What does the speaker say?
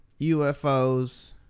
UFOs